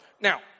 Now